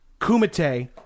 Kumite